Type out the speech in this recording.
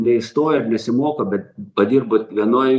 neįstoja ir nesimoko bet padirba vienoje